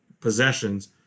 possessions